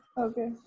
Okay